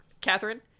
Catherine